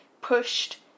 pushed